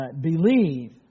believe